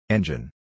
Engine